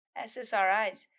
SSRIs